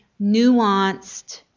nuanced